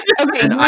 okay